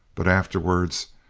but afterwards,